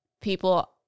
people